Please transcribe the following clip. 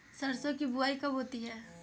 सरसों की बुआई कब होती है?